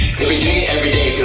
day, every day